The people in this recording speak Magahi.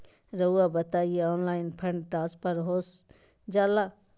रहुआ बताइए ऑनलाइन फंड ट्रांसफर हो जाला?